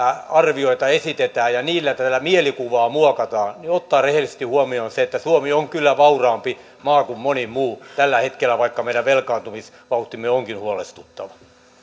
arvioita esitetään ja niillä tätä mielikuvaa muokataan ottaa rehellisesti huomioon se että suomi on kyllä vauraampi maa kuin moni muu tällä hetkellä vaikka meidän velkaantumisvauhtimme onkin huolestuttava